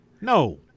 No